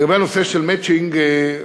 לגבי הנושא של מצ'ינג, טוב,